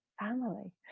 family